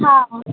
हां